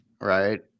right